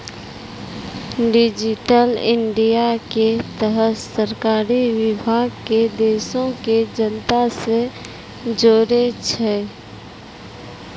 digital India के तहत सरकारी विभाग के देश के जनता से जोड़ै छै